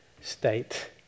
state